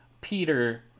Peter